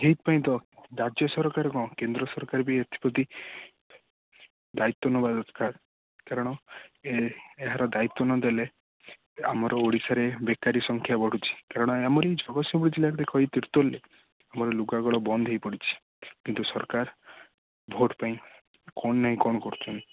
ଏଇଥିପାଇଁ ତ ରାଜ୍ୟ ସରକାର କ'ଣ କେନ୍ଦ୍ର ସରକାର ବି ଏଥିପ୍ରତି ଦାୟିତ୍ୱ ନେବା ଦରକାର କାରଣ ଏ ଏହାର ଦାୟିତ୍ୱ ନ ଦେଲେ ଆମର ଓଡ଼ିଶାରେ ବେକାରୀ ସଂଖ୍ୟା ବଢ଼ୁଛି କାରଣ ଆମରି ଜଗତସିଂହପୁର ଜିଲ୍ଲାରେ ଦେଖ ଏଇ ତିର୍ତୋଲରେ ଆମର ଲୁଗା କଳ ବନ୍ଦ ହୋଇପଡ଼ିଛି କିନ୍ତୁ ସରକାର ଭୋଟ୍ ପାଇଁ କ'ଣ ନାଇ କ'ଣ କରୁଛନ୍ତି